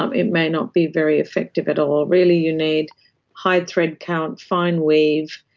um it may not be very effective at all. really you need high thread count, fine weave,